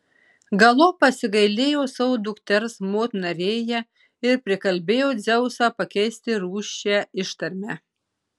galop pasigailėjo savo dukters motina rėja ir prikalbėjo dzeusą pakeisti rūsčią ištarmę